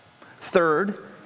Third